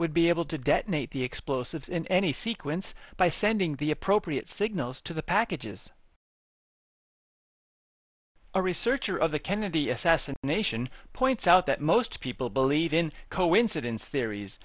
would be able to detonate the explosives in any sequence by sending the appropriate signals to the package is a researcher of the kennedy assassination points out that most people believe in coincidence theories